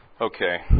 Okay